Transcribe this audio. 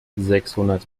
sechshundert